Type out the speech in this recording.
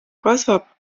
kasvab